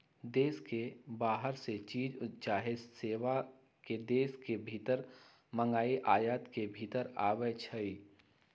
देश के बाहर से चीज चाहे सेवा के देश के भीतर मागनाइ आयात के भितर आबै छइ